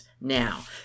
now